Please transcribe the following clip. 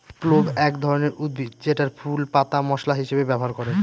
clove এক ধরনের উদ্ভিদ যেটার ফুল, পাতা মশলা হিসেবে ব্যবহার করে